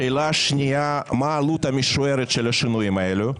שאלה שנייה, מה העלות המשוערת של השינויים האלה?